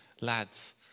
lads